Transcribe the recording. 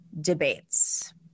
debates